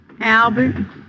Albert